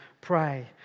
pray